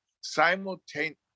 simultaneously